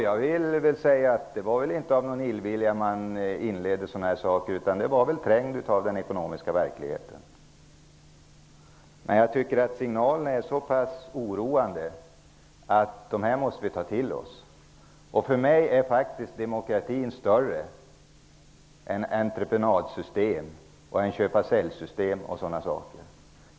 Jag vill säga att det inte var av illvilja som man inledde den här processen. Man var väl trängd av den ekonomiska verkligheten. Men jag tycker att signalerna är så pass oroande att vi måste ta dem till oss. För mig är faktiskt demokratin viktigare än entreprenadsystem, köpa--sälj-system och sådana saker.